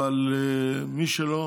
אבל מי שלא,